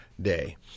Day